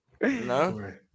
No